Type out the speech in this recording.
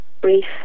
brief